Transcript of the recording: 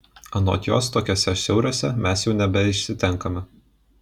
anot jos tokiuose siauriuose mes jau nebeišsitenkame